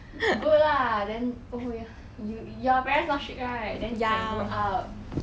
good lah then oh ya you are very last week then you can go out